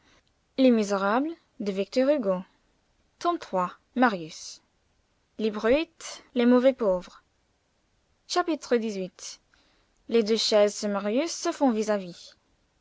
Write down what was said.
le pistolet à sa main chapitre xviii les deux chaises de marius se font vis-à-vis